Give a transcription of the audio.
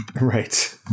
Right